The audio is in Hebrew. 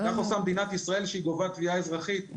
כך עושה מדינת ישראל כשהיא גובה תביעה אזרחית.